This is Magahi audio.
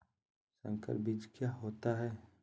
संकर बीज क्या होता है?